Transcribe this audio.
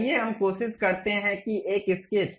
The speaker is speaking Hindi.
आइए हम कोशिश करते हैं कि एक स्केच